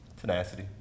Tenacity